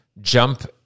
jump